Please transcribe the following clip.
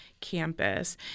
campus